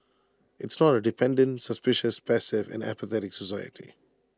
it's not A dependent suspicious passive and apathetic society